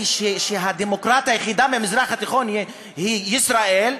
הדמוקרטיה היחידה במזרח התיכון היא ישראל,